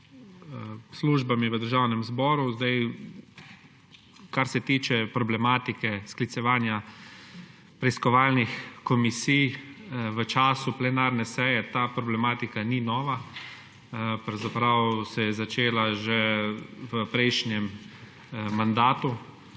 službami v Državnem zboru. Kar se tiče problematike sklicevanja preiskovalnih komisij v času plenarne seje, ta problematika ni nova. Pravzaprav se je začela že v prejšnjem mandatu